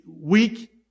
weak